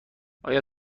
آیا